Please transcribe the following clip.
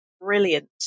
brilliant